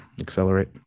accelerate